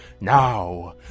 Now